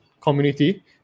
community